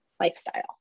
lifestyle